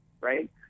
right